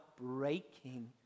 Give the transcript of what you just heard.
breaking